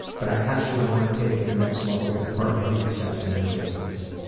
but i actually want to take it to the next level with a partner who accepts and enjoys this.